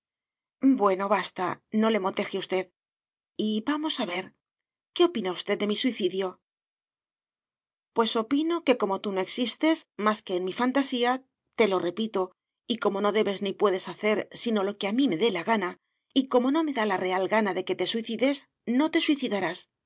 bueno basta no le moteje usted y vamos a ver qué opina usted de mi suicidio pues opino que como tú no existes más que en mi fantasía te lo repito y como no debes ni puedes hacer sino lo que a mí me dé la gana y como no me da la real gana de que te suicides no te suicidarás